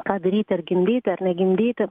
ką daryti ar gimdyti ar negimdyti